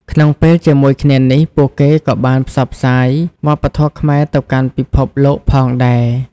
ក្នុងពេលជាមួយគ្នានេះ ពួកគេក៏បានផ្សព្វផ្សាយវប្បធម៌ខ្មែរទៅកាន់ពិភពលោកផងដែរ។